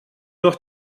noch